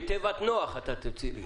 מתיבת נוח אתה תוציא לי.